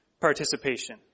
participation